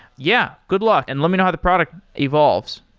yeah, good luck and let me know the product evolves.